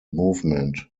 movement